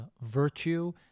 virtue